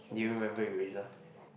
do you remember eraser